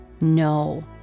No